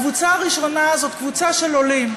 הקבוצה הראשונה היא קבוצה של עולים,